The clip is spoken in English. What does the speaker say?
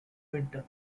winter